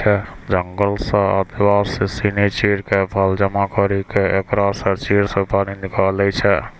जंगल सॅ आदिवासी सिनि चीड़ के फल जमा करी क एकरा स चीड़ सुपारी निकालै छै